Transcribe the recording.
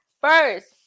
first